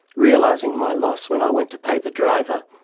realising my loss when i went to pay the driver,